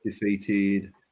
defeated